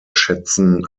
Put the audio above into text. schätzen